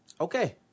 Okay